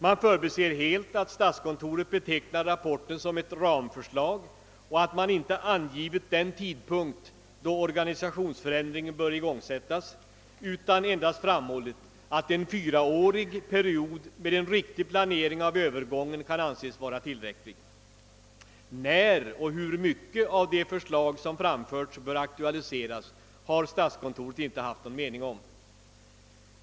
Man förbiser helt att statskontoret betecknar rapporten som ett ramförslag och att någon tidpunkt då organisationsförändringen bör igångsättas inte angivits, utan man har endast framhållit att en fyraårig period med en riktig planering av övergången kan anses vara tillräcklig. Tidsschemat och hur mycket av de förslag som framförts som bör aktualiseras har statskontoret inte haft någon mening om.